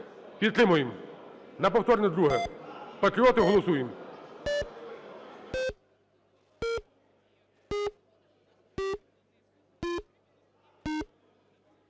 Підтримуємо на повторне друге. Патріоти, голосуємо.